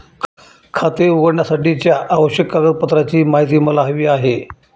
खाते उघडण्यासाठीच्या आवश्यक कागदपत्रांची माहिती मला हवी आहे